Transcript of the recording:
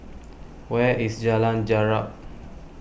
where is Jalan Jarak